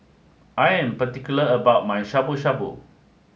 I am particular about my Shabu Shabu